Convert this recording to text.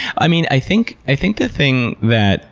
i mean, i think i think the thing that